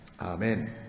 Amen